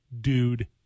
dude